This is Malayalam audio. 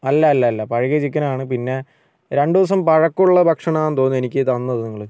അല്ല അല്ല അല്ല പഴകിയ ചിക്കൻ ആണ് പിന്നെ രണ്ട് ദിവസം പഴക്കം ഉള്ള ഭക്ഷണം ആണ് തോന്നുന്നു എനിക്ക് തന്നത് നിങ്ങൾ